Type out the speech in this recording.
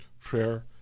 prayer